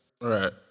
right